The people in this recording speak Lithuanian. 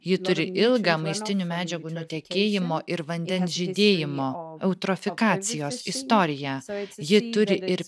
ji turi ilgą maistinių medžiagų nutekėjimo ir vandens žydėjimo eutrofikacijos istoriją ji turi ir